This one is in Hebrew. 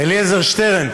אליעזר שטרן.